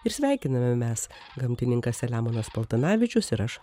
ir sveikiname mes gamtininkas selemonas paltanavičius ir aš